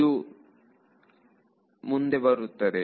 ಇದುವೇ ಮುಂದೆ ಬರುತ್ತದೆ